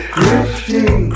grifting